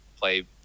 play